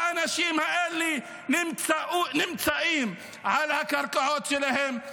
האנשים האלה נמצאים על הקרקעות שלהם,